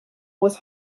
was